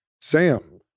Sam